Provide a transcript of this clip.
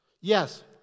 Yes